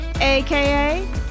aka